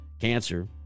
cancer